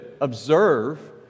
observe